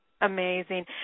Amazing